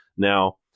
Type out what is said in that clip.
now